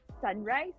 sunrise